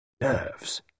Nerves